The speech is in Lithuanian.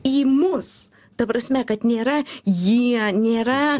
į mus ta prasme kad nėra jie nėra